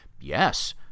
Yes